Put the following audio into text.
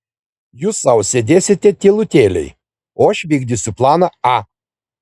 jūs sau sėdėsite tylutėliai o aš vykdysiu planą a